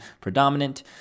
predominant